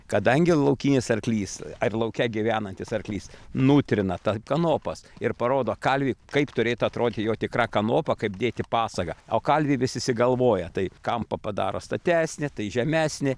kadangi laukinis arklys ar lauke gyvenantis arklys nutrina tą kanopas ir parodo kalviui kaip turėtų atrodyti jo tikra kanopa kaip dėti pasagą o kalviai vis išsigalvoja tai kampą padaro statesnį tai žemesnį